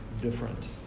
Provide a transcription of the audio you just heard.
different